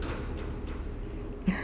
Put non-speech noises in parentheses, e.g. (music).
(laughs)